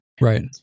Right